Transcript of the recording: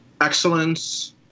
Excellence